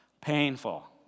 painful